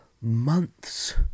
MONTHS